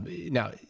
now